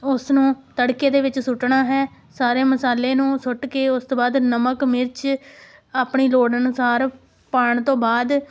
ਉਸ ਨੂੰ ਤੜਕੇ ਦੇ ਵਿੱਚ ਸੁੱਟਣਾ ਹੈ ਸਾਰੇ ਮਸਾਲੇ ਨੂੰ ਸੁੱਟ ਕੇ ਉਸ ਤੋਂ ਬਾਅਦ ਨਮਕ ਮਿਰਚ ਆਪਣੀ ਲੋੜ ਅਨੁਸਾਰ ਪਾਉਣ ਤੋਂ ਬਾਅਦ